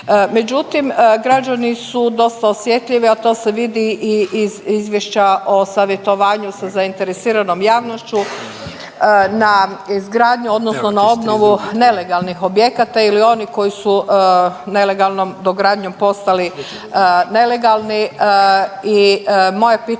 Međutim, građani su dosta osjetljivi, a to se vidi i iz izvješća o savjetovanju sa zainteresiranom javnošću na izgradnju odnosno na obnovu nelegalnih objekata ili onih koji su nelegalnom dogradnjom postali nelegalni